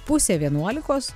pusė vienuolikos